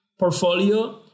portfolio